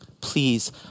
Please